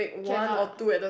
cannot